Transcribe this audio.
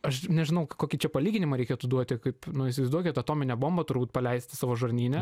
aš nežinau kokį čia palyginimą reikėtų duoti kaip nu įsivaizduokit atominę bombą turbūt paleisti savo žarnyne